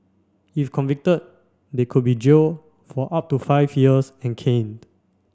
if convicted they could be jailed for up to five years and caned